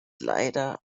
leider